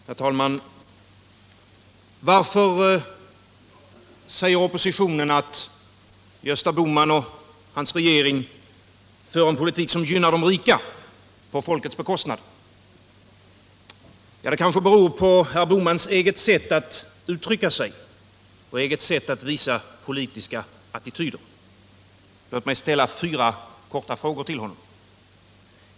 Herr talman! Varför säger oppositionen att Gösta Bohman och hans regering för en politik som gynnar de rika på folkets bekostnad? Ja, det kanske beror på herr Bohmans eget sätt att uttrycka sig och hans sätt att visa politiska attityder. Låt mig ställa fyra korta frågor till honom: 1.